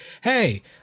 hey